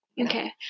Okay